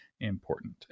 important